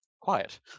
Quiet